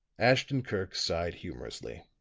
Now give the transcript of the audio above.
ashton-kirk sighed humorously.